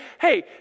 hey